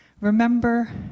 Remember